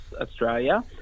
Australia